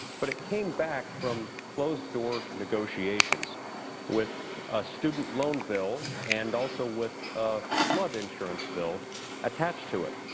but it came back from closed-door negotiations with a student loan bill and also with a flood insurance bill attached to it.